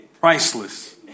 priceless